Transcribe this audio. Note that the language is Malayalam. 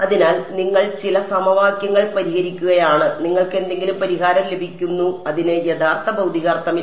അതിനാൽ നിങ്ങൾ ചില സമവാക്യങ്ങൾ പരിഹരിക്കുകയാണ് നിങ്ങൾക്ക് എന്തെങ്കിലും പരിഹാരം ലഭിക്കുന്നു അതിന് യഥാർത്ഥ ഭൌതിക അർത്ഥമില്ല